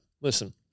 listen